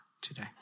today